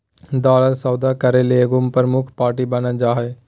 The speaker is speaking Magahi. दलाल सौदा करे ले एगो प्रमुख पार्टी बन जा हइ